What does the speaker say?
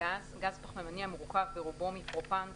"גז" - גז פחמימני המורכב ברובו מפרופאן,